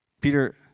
Peter